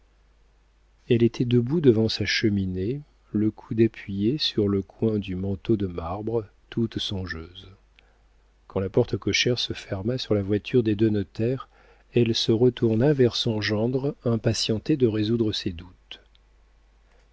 elle était debout devant sa cheminée le coude appuyé sur le coin du manteau de marbre toute songeuse quand la porte cochère se ferma sur la voiture des deux notaires elle se retourna vers son gendre impatientée de résoudre ses doutes